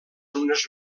unes